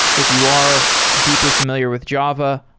if you are deeply familiar with java,